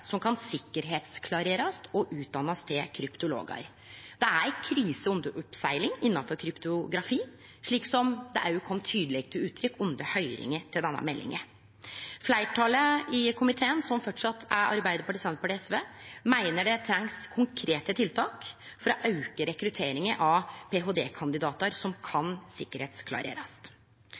som kan tryggleiksklarerast og utdannast til kryptologar. Det er ei krise under oppsegling innanfor kryptografi, som òg kom tydeleg til uttrykk under høyringa til denne meldinga. Fleirtalet i komiteen, som fortsatt er Arbeidarpartiet, Senterpartiet og SV, meiner ein treng konkrete tiltak for å auke rekrutteringa av ph.d.-kandidatar som kan